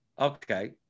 Okay